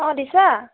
অঁ দিশা